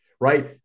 right